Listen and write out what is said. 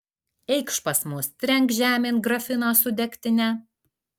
eikš pas mus trenk žemėn grafiną su degtine